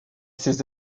ses